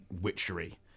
witchery